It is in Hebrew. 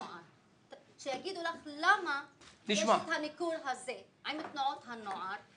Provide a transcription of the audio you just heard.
נוער שיגידו לך למה יש את הניכור הזה עם תנועות הנוער.